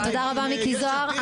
תודה רבה, מיקי זוהר.